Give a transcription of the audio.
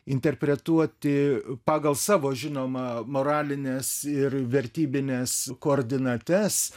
interpretuoti pagal savo žinoma moralines ir vertybines koordinates